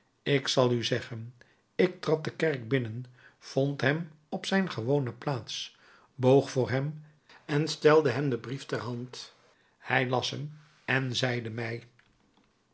ik zal u zeggen ik trad de kerk binnen vond hem op zijn gewone plaats boog voor hem en stelde hem den brief ter hand hij las hem en zeide mij